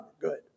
good